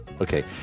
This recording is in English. Okay